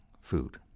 food